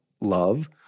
love